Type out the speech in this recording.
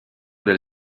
del